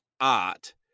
art